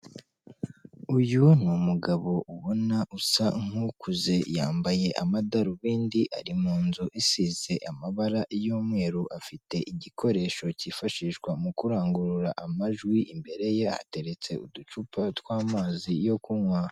Uyu ni umugabo ubona usa nk'ukuze, yambaye amadarubindi ari mu nzu isize amabara y'umweru, afite igikoresho cyifashishwa mu kurangurura amajwi, imbere ye hateretse uducupa tw'amazi yo kunywa.